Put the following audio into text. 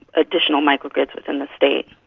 additional micro-grids within the state.